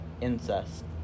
incest